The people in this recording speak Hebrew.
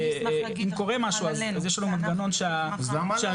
אם קורה משהו אז יש לנו מנגנון שהשעון